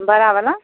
बड़ा वाला